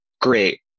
Great